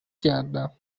کردم